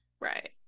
right